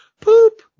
poop